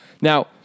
Now